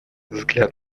взгляд